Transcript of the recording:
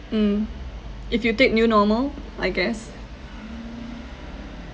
mm if you take new normal I guess